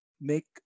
make